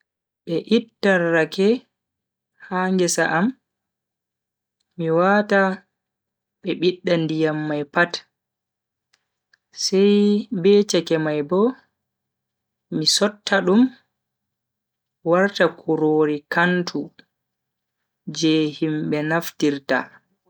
Be ittan rake ha ngesa am mi wata be bidda ndiyam mai pat, sai be chake mai Bo mi sotta dum warta kurori kantu je himbe naftirta.